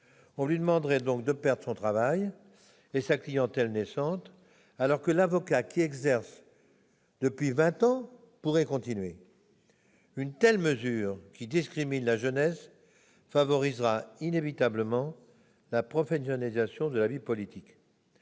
On lui demanderait donc de perdre son travail et sa clientèle naissante, alors que l'avocat qui exerce depuis vingt ans, lui, pourrait continuer son activité ! Une telle mesure, qui revient à discriminer la jeunesse, favorisera inévitablement la professionnalisation de la vie politique.,